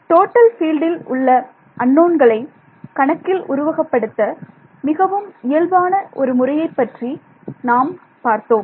total ஃபீல்டில் உள்ள அன்னோன்களை கணக்கில் உருவகப்படுத்த மிகவும் இயல்பான ஒரு முறையைப் பற்றி நாம் பார்த்தோம்